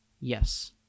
Yes